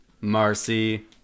Marcy